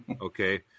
okay